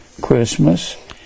Christmas